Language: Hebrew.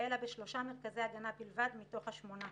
אלא בשלושה מרכזי הגנה בלבד מתוך השמונה.